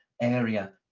area